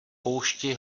poušti